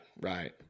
right